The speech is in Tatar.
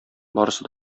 барысы